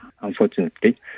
unfortunately